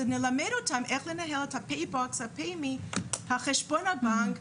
ונלמד אותם איך לנהל את חשבון הבנק,